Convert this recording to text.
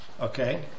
okay